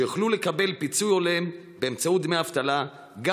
שיוכלו לקבל פיצוי הולם באמצעות דמי אבטלה גם